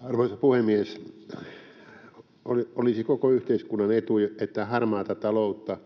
Arvoisa puhemies! Olisi koko yhteiskunnan etu, että harmaata taloutta